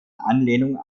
anlehnung